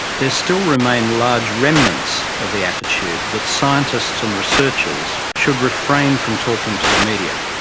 there still remain large remnants of the attitude that scientists and researchers should refrain from talking to the media.